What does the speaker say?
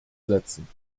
setzen